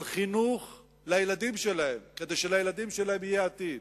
על חינוך לילדים שלהם כדי שלילדים שלהם יהיה עתיד.